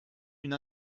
une